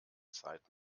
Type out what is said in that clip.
zeit